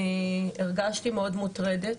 אני הרגשתי מאוד מוטרדת,